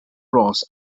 ross